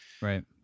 Right